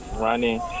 running